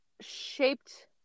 shaped